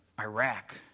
Iraq